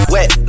Wet